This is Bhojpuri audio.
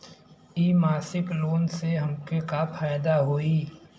इ मासिक लोन से हमके का फायदा होई?